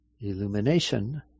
illumination